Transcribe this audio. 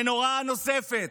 הנורה הנוספת,